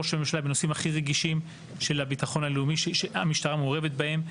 ראש הממשלה בנושאים הכי רגישים של הביטחון הלאומי שהמשטרה מעורבת בהם.